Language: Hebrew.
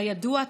כידוע,